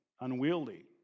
unwieldy